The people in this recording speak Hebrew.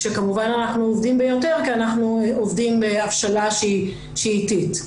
כשכמובן אנחנו עובדים ביותר כי אנחנו עובדים בהבשלה שהיא איטית.